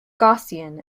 gaussian